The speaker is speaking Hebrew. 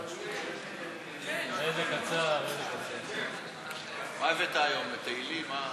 איזה קצר, מה הבאת היום, תהילים?